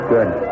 good